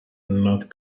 not